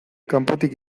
kanpotik